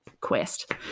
quest